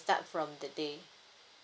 start from the day